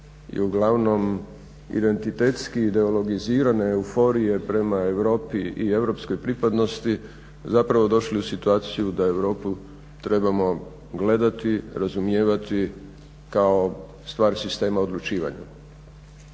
i uglavnom identitetski ideologizirane euforije prema Europi i europskoj pripadnosti zapravo došli u sitauciju da Europu trebamo gledati, razumijevati kako stvar sistema odlučivanja,